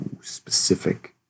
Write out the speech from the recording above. specific